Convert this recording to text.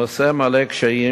הנושא מעלה קשיים,